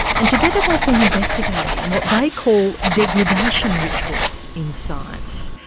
and together they've been investigating what they call degradation rituals in science.